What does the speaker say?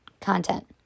content